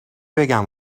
بگم